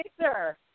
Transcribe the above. sir